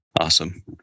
Awesome